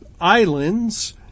islands